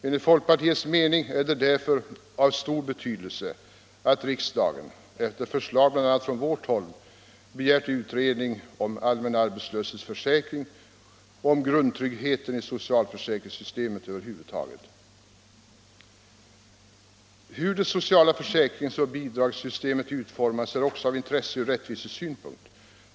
Enligt folkpartiets mening är det därför av stort värde att riksdagen efter förslag från bl.a. vårt håll har begärt utredning om en allmän arbetslöshetsförsäkring och om grundtryggheten i socialförsäkringssystemet över huvud taget. Hur det sociala försäkringsoch bidragssystemet utformas är också av intresse från rättvisesynpunkt.